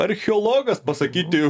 archeologas pasakyti